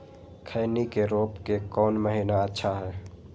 खैनी के रोप के कौन महीना अच्छा है?